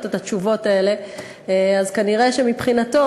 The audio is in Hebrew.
את התשובות האלה אז כנראה שמבחינתו,